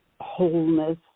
wholeness